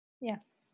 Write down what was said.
Yes